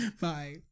Bye